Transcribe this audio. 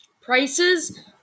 Prices